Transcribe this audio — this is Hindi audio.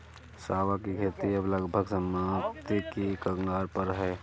सांवा की खेती अब लगभग समाप्ति के कगार पर है